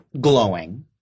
glowing